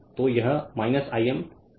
तो यह I m ω C है